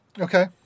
Okay